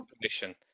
permission